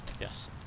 Yes